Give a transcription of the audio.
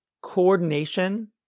coordination